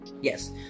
Yes